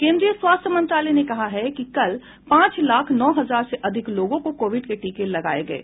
केन्द्रीय स्वास्थ्य मंत्रालय ने कहा है कि कल पांच लाख नौ हजार से अधिक लोगों को कोविड के टीके लगाये गये